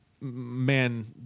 man